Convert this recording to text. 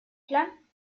clan